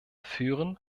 führen